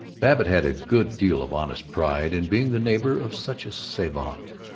babbitt had a good deal of honest pride in being the neighbor of such a savant,